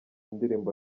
indirimbo